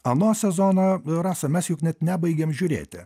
ano sezono rasa mes juk net nebaigėm žiūrėti